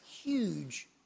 huge